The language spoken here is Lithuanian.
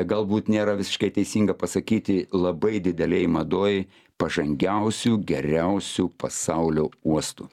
galbūt nėra visiškai teisinga pasakyti labai didelėj madoj pažangiausių geriausių pasaulio uostų